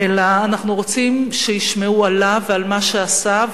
אלא אנחנו רוצים שישמעו עליו ועל מה שעשה,